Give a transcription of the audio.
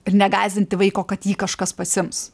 ir negąsdinti vaiko kad jį kažkas pasiims